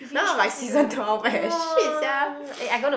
now I'm like season twelve eh shit sia